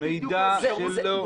זו בדיוק האפשרות שלה לגבות.